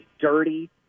dirty